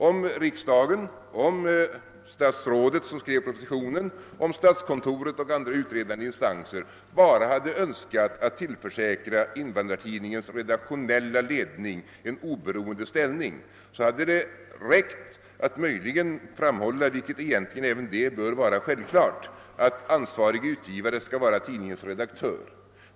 Om riksdagen, om statsrådet som skrev propositionen, om statskontoret och andra utredande instanser bara hade önskat tillförsäkra Invandrartidningens redaktionella ledning en oberoende ställning, hade det varit tillräckligt att framhålla — vilket egentligen även det bör vara självklart — att den ansvarige utgivaren skall vara tidningens redaktör.